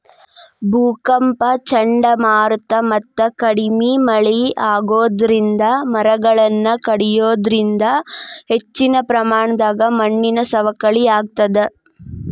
ಭೂಕಂಪ ಚಂಡಮಾರುತ ಮತ್ತ ಕಡಿಮಿ ಮಳೆ ಆಗೋದರಿಂದ ಮರಗಳನ್ನ ಕಡಿಯೋದರಿಂದ ಹೆಚ್ಚಿನ ಪ್ರಮಾಣದಾಗ ಮಣ್ಣಿನ ಸವಕಳಿ ಆಗ್ತದ